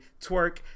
Twerk